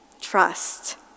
Trust